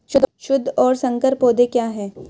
शुद्ध और संकर पौधे क्या हैं?